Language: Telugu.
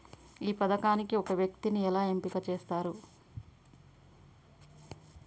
ఈ పథకానికి ఒక వ్యక్తిని ఎలా ఎంపిక చేస్తారు?